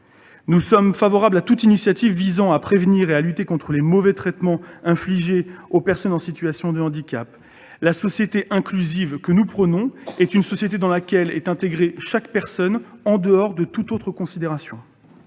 Nous sommes favorables à toute initiative visant à prévenir et à lutter contre les mauvais traitements infligés aux personnes en situation de handicap. La société inclusive que nous prônons est une société dans laquelle est intégrée chaque personne en dehors de toute autre considération.